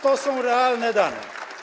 To są realne dane.